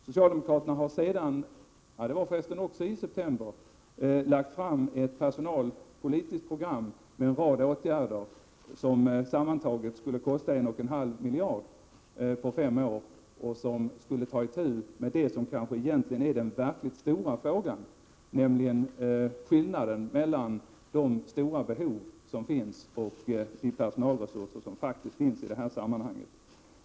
Socialdemokraterna har sedan — det var för resten i september — lagt fram Prot. 1987/88:91 ett personalpolitiskt program med en rad åtgärder som sammantaget skulle 24 mars 1988 kosta en och en halv miljard på fem år och som skulle ta itu med det som kanske egentligen är den verkligt stora frågan, nämligen skillnaden mellan de stora behov som föreligger och de personalresurser som faktiskt finns i det här sammanhanget.